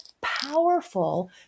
powerful